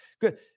Good